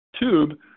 tube